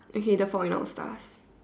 okay the fault in our stars